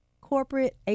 corporate